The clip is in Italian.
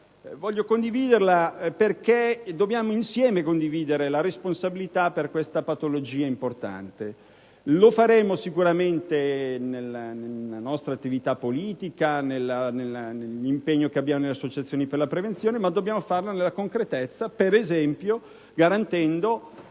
presenti in Aula perché dobbiamo condividere insieme la responsabilità per questa patologia importante. Lo faremo sicuramente nella nostra attività politica, nell'impegno che abbiamo nelle associazioni per la prevenzione, ma dobbiamo farlo anche concretamente, garantendo